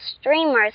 Streamers